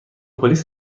پلیس